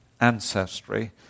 ancestry